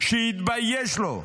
שיתבייש לו,